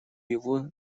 его